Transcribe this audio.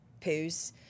poos